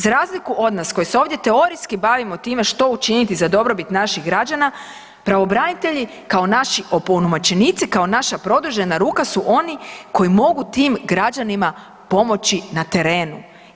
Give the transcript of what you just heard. Za razliku od nas koji se ovdje teorijski bavimo time što učiniti za dobrobit naših građana pravobranitelji kao naši opunomoćenici, kao naša produžena ruka su oni koji mogu tim građanima pomoći na terenu.